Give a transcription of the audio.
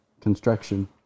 construction